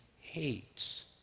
hates